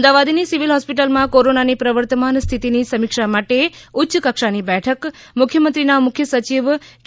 અમદાવાદ ની civil hospital માં corona ની પ્રવર્તમાન સ્થિતિ ની સમિક્ષા માટે ઉચ્ય કક્ષા ની બેઠક મુખ્યમંત્રી ના મુખ્ય સચિવ કે